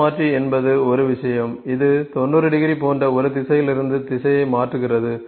கோண மாற்றி என்பது ஒரு விஷயம் இது 90 டிகிரி போன்ற ஒரு திசையிலிருந்து திசையை மாற்றுகிறது